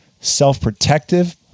self-protective